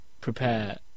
prepare